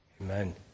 Amen